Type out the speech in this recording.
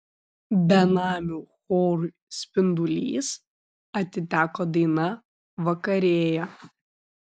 benamių chorui spindulys atiteko daina vakarėja